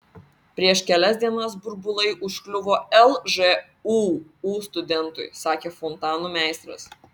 prieš kelias dienas burbulai užkliuvo lžūu studentui sakė fontanų meistras